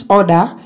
order